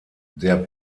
der